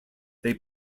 they